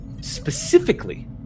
specifically